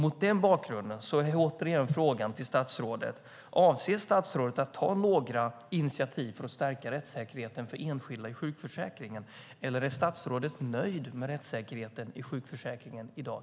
Mot den bakgrunden är återigen frågan till statsrådet: Avser statsrådet att ta några initiativ för att stärka rättssäkerheten för enskilda i sjukförsäkringen, eller är statsrådet nöjd med rättssäkerheten i sjukförsäkringen i dag?